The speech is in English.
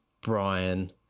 Brian